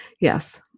Yes